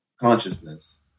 consciousness